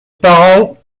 parents